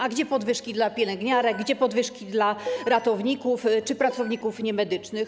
A gdzie podwyżki dla pielęgniarek, gdzie podwyżki dla ratowników czy pracowników niemedycznych?